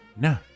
No